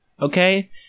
okay